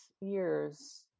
years